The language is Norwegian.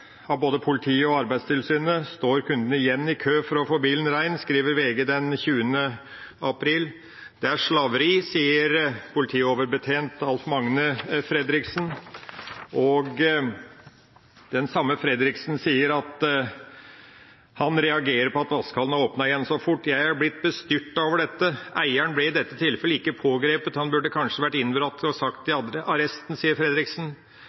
av både politiet og Arbeidstilsynet, står kundene igjen i kø for å få ren bil», skriver VG den 20. april. «Dette er slaveri», sier politioverbetjent Alf-Magne Fredriksen, og den samme Fredriksen sier at han reagerer på at vaskehallen har åpnet igjen så fort: «Jeg er litt bestyrtet over dette. Eieren ble i dette tilfellet ikke pågrepet. Han burde kanskje vært innbrakt og satt i arresten.»